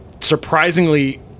surprisingly